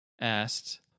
asked